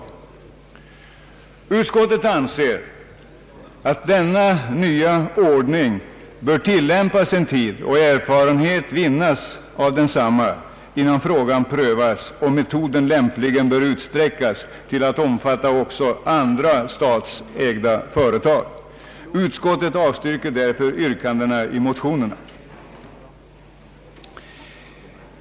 Reservanterna anser att denna nya ordning bör tillämpas en tid och erfarenhet vinnas av densamma innan man prövar om metoden lämpligen bör utsträckas till att omfatta även andra statsägda företag. Reservanterna avstyrker därför yrkandena i motionerna.